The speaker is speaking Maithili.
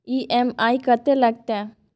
ई.एम.आई कत्ते लगतै?